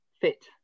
fit